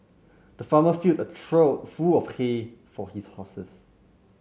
the farmer filled a trough full of hay for his horses